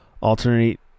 alternate